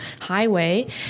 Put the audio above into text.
highway